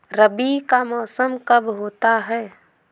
रबी का मौसम कब होता हैं?